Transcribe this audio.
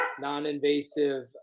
non-invasive